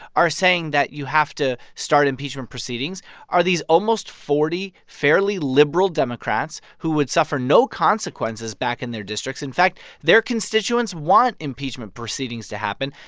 are saying that you have to start impeachment proceedings are these almost forty, fairly liberal democrats who would suffer no consequences back in their districts. in fact, their constituents want impeachment proceedings to happen.